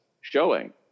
showing